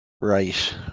Right